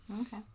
Okay